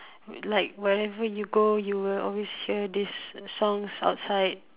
like whatever you go you will always hear these songs outside